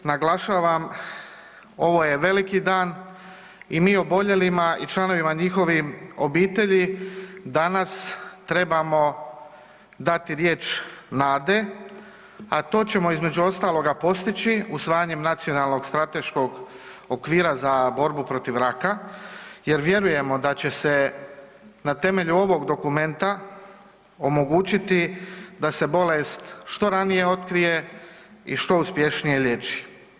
Naglašavam ovo je veliki dan i mi oboljelima i članovima njihovih obitelji danas trebamo dati riječ nade a to ćemo između ostaloga postići usvajanjem Nacionalnog strateškog okvira za borbu protiv raka jer vjerujemo da će se na temelju ovog dokumenta omogućiti da se bolest što ranije otkrije i što uspješnije liječi.